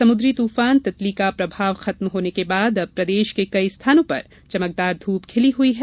समुद्री तूफान तीतली का प्रभाव खत्म होने के बाद अब प्रदेश के कई स्थानों पर चमकदार ध्रप खिली हुई है